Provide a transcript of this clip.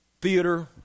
theater